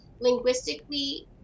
linguistically